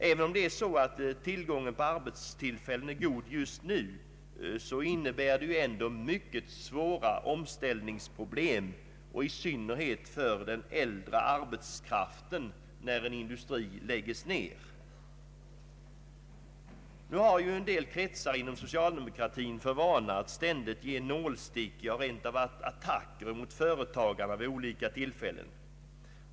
även om tillgången på arbetstillfällena är god just nu, innebär en industrinedläggning svåra omställningsproblem, i synnerhet för den äldre arbetskraften. En del kretsar inom socialdemokratin har nu för vana att ständigt ge nålstick, ja, rent av göra attacker, mot företagarna vid olika tillfällen.